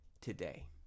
today